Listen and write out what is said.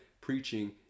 preaching